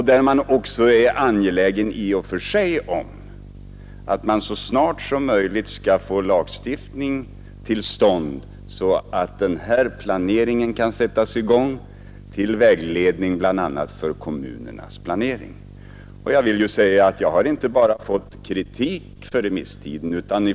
I denna situation är man i och för sig angelägen om att så snart som möjligt få en lagstiftning till stånd, så att denna planering kan sättas i gång till vägledning bl.a. för kommunerna. Jag har inte bara fått kritik för remisstiden.